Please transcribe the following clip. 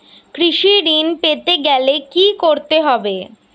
কৃষি ঋণ পেতে গেলে কি করতে হবে?